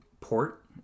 port